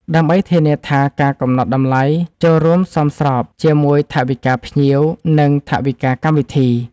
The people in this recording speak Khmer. ដើម្បីធានាថាការកំណត់តម្លៃចូលរួមសមស្របជាមួយថវិកាភ្ញៀវ និងថវិកាកម្មវិធី។